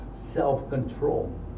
self-control